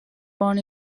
born